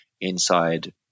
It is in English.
inside